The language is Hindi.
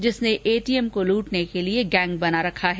जिसने एटीएम को लूटने के लिए गैंग बना रखी है